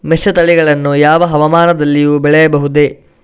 ಮಿಶ್ರತಳಿಗಳನ್ನು ಯಾವ ಹವಾಮಾನದಲ್ಲಿಯೂ ಬೆಳೆಸಬಹುದೇ?